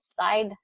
side